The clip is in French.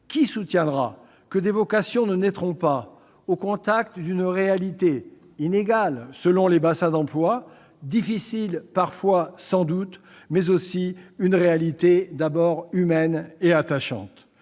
Qui soutiendra que des vocations ne naîtront pas au contact d'une réalité inégale selon les bassins d'emploi, difficile parfois sans doute, mais aussi une réalité d'abord humaine et attachante ?